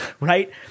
right